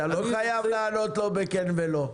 אתה לא חייב לענות לו ב"כן" ו"לא".